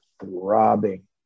throbbing